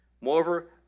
Moreover